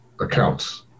accounts